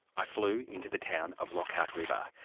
i flew into the town of lockhart river,